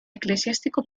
eclesiástico